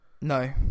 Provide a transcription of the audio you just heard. No